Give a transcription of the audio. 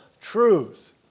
truth